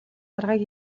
аргыг